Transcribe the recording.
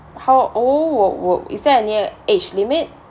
how old would would is there any uh age limit